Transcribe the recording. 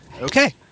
Okay